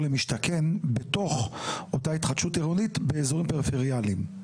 למשתכן בתוך אותה התחדשות עירונית באזורים פריפריאליים?